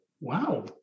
wow